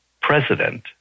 president